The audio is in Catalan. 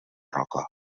roca